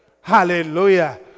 Hallelujah